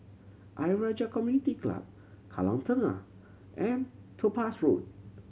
Ayer Rajah Community Club Kallang Tengah and Topaz Road